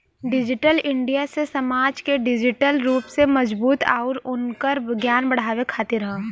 digital India से समाज के डिजिटल रूप से मजबूत आउर उनकर ज्ञान बढ़ावे खातिर हौ